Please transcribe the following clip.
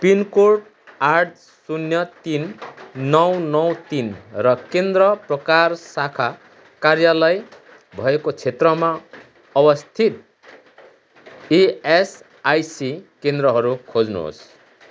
pin code आठ शून्य तिन नौ नौ तिन र केन्द्र प्रकार शाखा कार्यालय भएको क्षेत्रमा अवस्थित इएसआइसि केन्द्रहरू खोज्नुहोस्